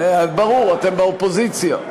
ברור, אתם באופוזיציה.